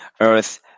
Earth